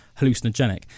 hallucinogenic